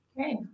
Okay